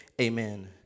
Amen